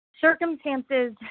Circumstances